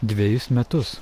dvejus metus